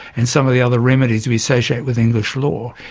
and some of the other remedies we associate with english law.